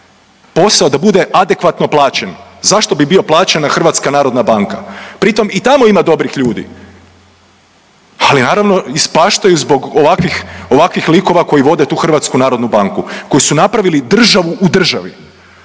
Posao da bude adekvatno plaćen, zašto bi bio plaćena HNB? Pritom i tamo ima dobrih ljudi, ali naravno, ispaštaju zbog ovakvih, ovakvih likova koji vode tu HNB. Koji su napravili državu u državi.